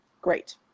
Great